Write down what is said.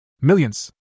Millions